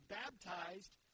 baptized